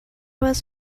was